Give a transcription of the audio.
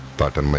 but